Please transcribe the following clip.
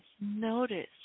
notice